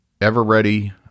ever-ready